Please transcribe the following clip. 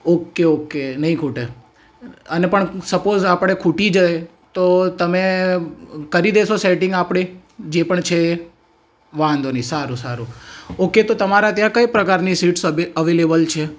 okay okay નહીં ખૂટે અને પણ સપોઝ આપણે ખૂટી જાય તો તમે કરી દેશો સેટીંગ આપણે જે પણ છે એ વાંધો નહીં સારું સારું ઓકે તો તમારા ત્યાં કઈ પ્રકારની સ્વીટ્સ અવે અવેલેબલ છે